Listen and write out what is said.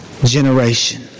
Generation